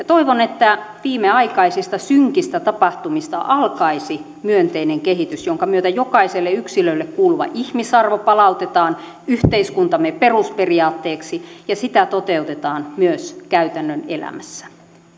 toivon että viimeaikaisista synkistä tapahtumista alkaisi myönteinen kehitys jonka myötä jokaiselle yksilölle kuuluva ihmisarvo palautetaan yhteiskuntamme perusperiaatteeksi ja sitä toteutetaan myös käytännön elämässä